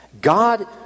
God